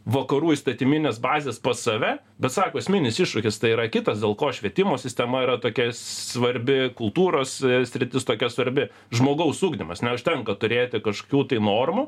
vakarų įstatyminės bazės pas save bet sako esminis iššūkis tai yra kitas dėl ko švietimo sistema yra tokia svarbi kultūros sritis tokia svarbi žmogaus ugdymas neužtenka turėti kažkokių tai normų